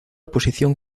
posición